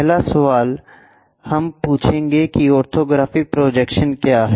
पहला सवाल हम पूछेंगे कि ऑर्थोग्राफिक प्रोजेक्शन क्या है